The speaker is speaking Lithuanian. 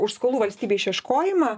už skolų valstybei išieškojimą